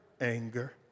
anger